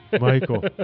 Michael